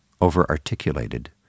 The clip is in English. over-articulated